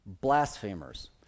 blasphemers